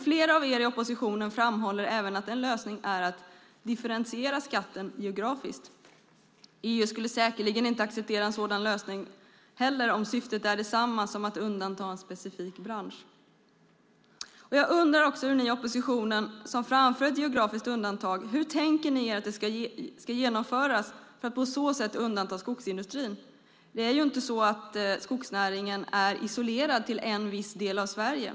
Flera av er i oppositionen framhåller även att en lösning är att differentiera skatten geografiskt. EU skulle säkerligen inte heller acceptera en sådan lösning om syftet är detsamma som att undanta en specifik bransch. Jag undrar också hur ni i oppositionen som framför förslaget om ett geografiskt undantag resonerar. Hur tänker ni er att det ska genomföras för att undanta skogsindustrin? Det är ju inte så att skogsnäringen är isolerad till en viss del av Sverige.